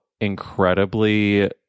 incredibly